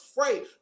afraid